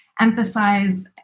emphasize